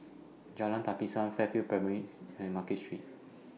Jalan Tapisan Fairfield Primary and Market Street